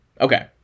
Okay